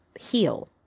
heal